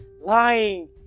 Lying